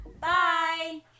Bye